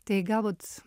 tai gal vūt